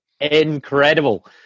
Incredible